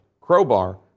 crowbar